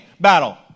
battle